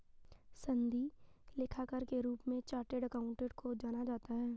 सनदी लेखाकार के रूप में चार्टेड अकाउंटेंट को जाना जाता है